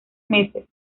meses